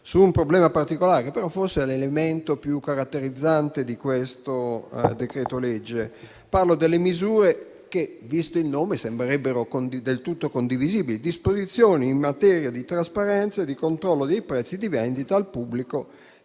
su un problema particolare, che forse ne è l'elemento più caratterizzante. Parlo delle misure che, visto il nome, sembrerebbero del tutto condivisibili: disposizioni in materia di trasparenza e di controllo dei prezzi di vendita al pubblico